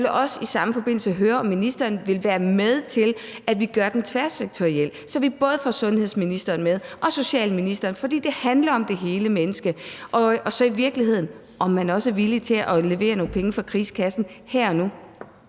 jeg vil også i samme forbindelse høre, om ministeren vil være med til, at vi gør det tværsektorielt, så vi både får sundhedsministeren og socialministeren med. For det handler om det hele menneske. Og så vil jeg i virkeligheden også høre, om man er villig til at levere nogle penge fra krigskassen her og nu.